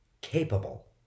capable